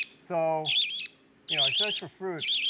so you know ah search for fruit,